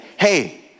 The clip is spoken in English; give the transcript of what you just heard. hey